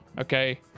okay